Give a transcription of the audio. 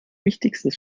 wichtigstes